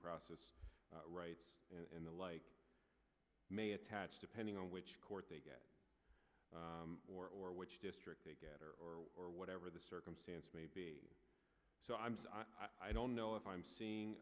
process rights and the like may attach depending on which court they get or which district they get or or or whatever the circumstance may be so i'm i don't know if i'm seeing